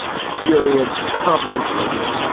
experienced, competent person.